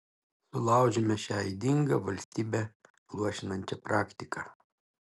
sulaužėme šią ydingą valstybę luošinančią praktiką